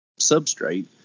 substrate